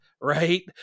right